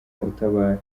utabara